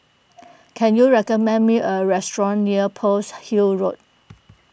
can you recommend me a restaurant near Pearl's Hill Road